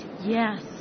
Yes